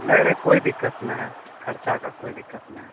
नहीं नहीं कोई दिक्कत नहीं है खर्चा का कोई दिक्कत नहीं है